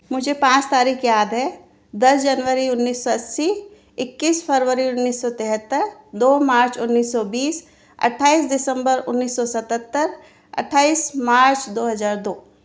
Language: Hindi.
मुझे पाँच तारीख याद हैं दस जनवरी उन्नीस सौ अस्सी इक्कीस फरवरी उन्नीस सौ तिहत्तर दो मार्च उन्नीस सौ बीस अठ्ठाइस दिसंबर उन्नीस सौ सतहत्तर अठ्ठाइस मार्च दो हज़ार दो